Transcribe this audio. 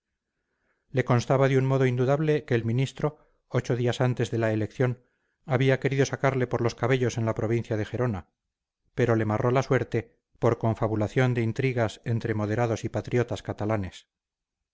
le constaba de un modo indudable que el ministro ocho días antes de la elección había querido sacarle por los cabellos en la provincia de gerona pero le marró la suerte por confabulación de intrigas entre moderados y patriotas catalanes